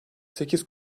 sekiz